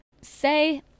Say